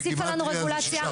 הוסיפה לנו רגולציה,